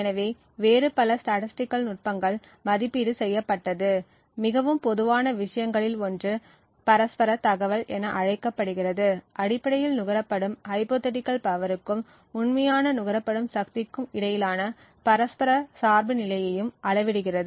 எனவே வேறு பல ஸ்டேடஸ்ட்டிகள் நுட்பங்கள் மதிப்பீடு செய்யப்பட்டது மிகவும் பொதுவான விஷயங்களில் ஒன்று பரஸ்பர தகவல் என அழைக்கப்படுகிறது அடிப்படையில் நுகரப்படும் ஹைப்போதீட்டிகள் பவருக்கும் உண்மையான நுகரப்படும் சக்திக்கும் இடையிலான பரஸ்பர சார்புநிலையையும் அளவிடுகிறது